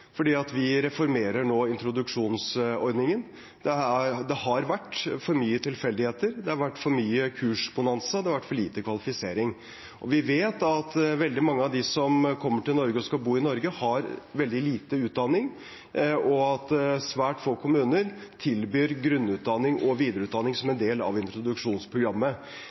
vi reformerer nå introduksjonsordningen. Det har vært for mye tilfeldigheter. Det har vært for mye kurs-bonanza og for lite kvalifisering. Vi vet at veldig mange av dem som kommer til Norge og skal bo i Norge, har veldig lite utdanning, og at svært få kommuner tilbyr grunnutdanning og videreutdanning som en del av introduksjonsprogrammet.